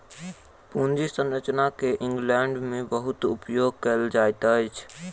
पूंजी संरचना के इंग्लैंड में बहुत उपयोग कएल जाइत अछि